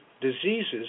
diseases